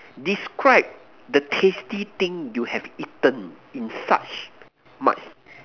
describe the tasty thing you have eaten in such my